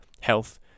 health